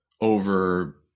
over